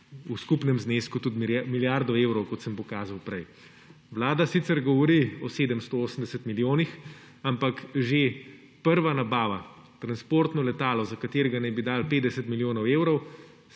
v skupnem znesku tudi milijardo evrov, kot sem pokazal prej. Vlada sicer govori o 780 milijonih, ampak že prva nabava, transportno letalo, za katerega naj bi dali 50 milijonov evrov,